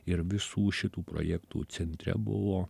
ir visų šitų projektų centre buvo